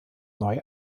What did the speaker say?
neu